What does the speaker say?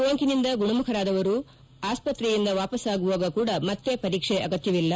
ಸೋಂಕಿನಿಂದ ಗುಣಮುಖರಾದವರು ಆಸ್ಪತ್ರೆಯಿಂದ ವಾಪಸ್ಸಾಗುವಾಗ ಕೂಡ ಮತ್ತೆ ಪರೀಕ್ಷೆ ಅಗತ್ವವಿಲ್ಲ